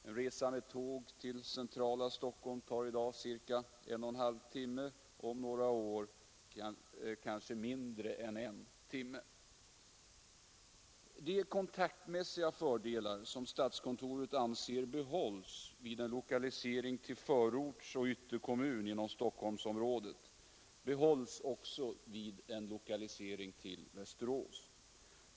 En resa med tåg till centrala Stockholm i dag tar cirka en och en halv timme, och om några år kanske mindre än en timme. De kontaktmässiga fördelar, som statskontoret anser behålls vid en lokalisering till förortsoch ytterkommuner inom Stockholmsområdet, behålls också vid en lokalisering till Västerås.